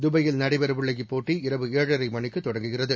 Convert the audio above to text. துபாயில் நடைபெறவுள்ள இப்போட்டி இரவு ஏழரை மணிக்கு தொடங்குகிறது